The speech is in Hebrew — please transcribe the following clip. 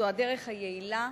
זו הדרך היעילה,